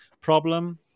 problem